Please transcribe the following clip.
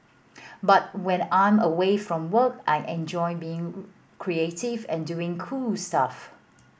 but when I'm away from work I enjoy being creative and doing cool stuff